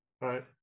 right